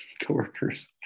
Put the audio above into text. co-workers